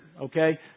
Okay